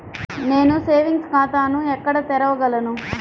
నేను సేవింగ్స్ ఖాతాను ఎక్కడ తెరవగలను?